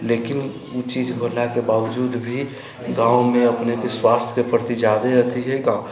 लेकिन ओ चीज होलाके बाबजूद भी गाँवमे अपने विश्वासके प्रति जादे अथी छै